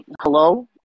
Hello